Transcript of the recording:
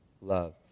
love